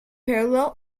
parallel